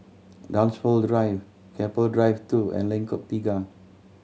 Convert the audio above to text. Dunsfold Drive Keppel Drive Two and Lengkok Tiga